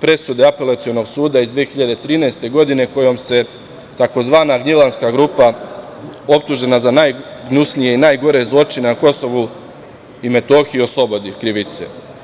presude Apelacionog suda iz 2013. godine kojom se tzv. Gnjilanska grupa, optužena za najgnusnije i najgore zločine na KiM, oslobađa krivice.